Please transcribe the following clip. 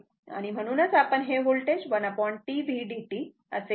आणि म्हणूनच आपण हे होल्टेज 1T vdt असे V एव्हरेज व्हॅल्यू घेतले आहे